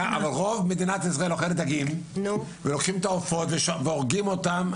אבל רוב מדינת ישראל אוכלת דגים ולוקחים את העופות והורגים אותם,